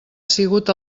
sigut